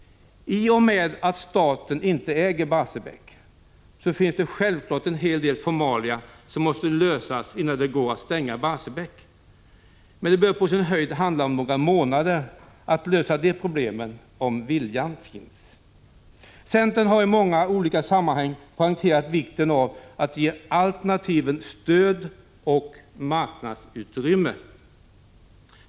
I och med att staten inte äger Barsebäck finns det självfallet en hel del formalia som måste lösas innan det går att stänga verket, men det bör inte ta mer än på sin höjd några månader att lösa de problemen, om bara viljan finns. Centern har i många olika sammanhang poängterat vikten av att ge alternativen stöd och marknadsutrymme.